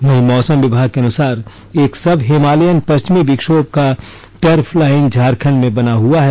वहीं मौसम विभाग के अनुसार एक सब हिमालयन पश्चिमी विक्षोभ का टर्फ लाइन झारखंड में बना हुआ है